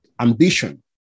ambition